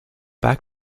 back